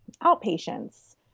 outpatients